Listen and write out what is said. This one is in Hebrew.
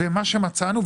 מה שמצאנו,